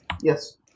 Yes